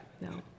no